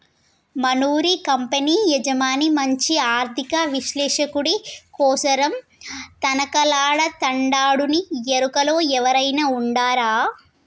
మనూరి కంపెనీ యజమాని మంచి ఆర్థిక విశ్లేషకుడి కోసరం తనకలాడతండాడునీ ఎరుకలో ఎవురైనా ఉండారా